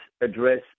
address